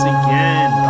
again